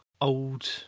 old